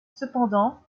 cependant